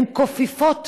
הקופיפות,